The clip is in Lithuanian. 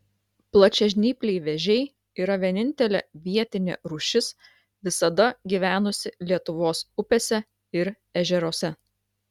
plačiažnypliai vėžiai yra vienintelė vietinė rūšis visada gyvenusi lietuvos upėse ir ežeruose